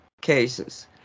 cases